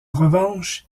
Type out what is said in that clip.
revanche